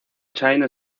china